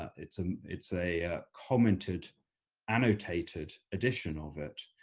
it's ah it's a commented annotated edition of it,